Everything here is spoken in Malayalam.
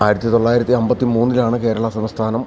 ആയിരത്തി തൊള്ളായിരത്തി അൻപത്തി മൂന്നിലാണ് കേരള സംസ്ഥാനം